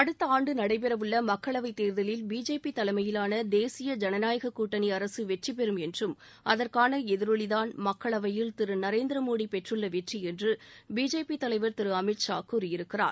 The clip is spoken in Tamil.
அடுத்த ஆண்டு நடைபெறவுள்ள மக்களவைத் தேர்தலில் பிஜேபி தலைமையிலாள தேசிய ஜனநாயக கூட்டனி அரசு வெற்றி பெறும் என்றும் அதற்கான எதிரொலிதான் மக்களவையில் திரு நரேந்திரமோடி பெற்றுள்ள வெற்றி என்று பிஜேபி தலைவர் திரு அமித் ஷா கூறியிருக்கிறார்